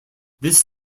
this